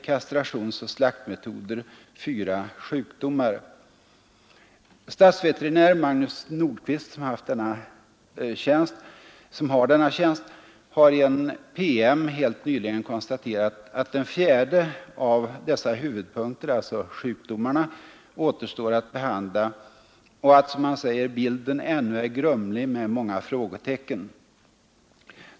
Kastrationsoch slaktmetoder. 4. Sjukdomar. Statsveterinär Magnus Nordkvist, som har denna tjänst, har i en PM nyligen konstaterat att den fjärde av dessa huvudpunkter, alltså sjukdomarna, återstår att behandla och att ”bilden ännu är grumlig med många frågetecken”.